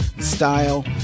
style